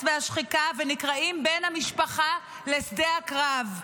והשחיקה ונקרעים בין המשפחה לשדה הקרב.